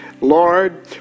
Lord